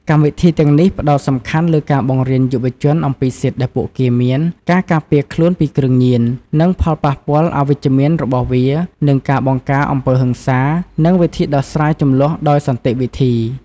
កម្មវិធីទាំងនេះផ្តោតសំខាន់លើការបង្រៀនយុវជនអំពីសិទ្ធិដែលពួកគេមាន ការការពារខ្លួនពីគ្រឿងញៀន និងផលប៉ះពាល់អវិជ្ជមានរបស់វា និងការបង្ការអំពើហិង្សា និងវិធីដោះស្រាយជម្លោះដោយសន្តិវិធី។